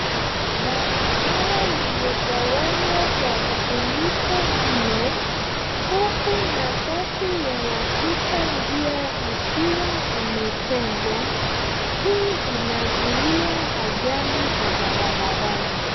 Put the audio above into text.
Barabara limegawanywa kwa ubunifu mno, huku nafasi ya wapita njia ikiwa imetengwa, hii inazuia ajali za barabarani.